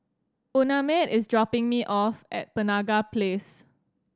Unnamed is dropping me off at Penaga Place